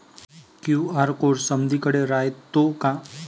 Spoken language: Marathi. क्यू.आर कोड समदीकडे रायतो का?